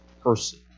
person